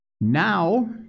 Now